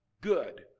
good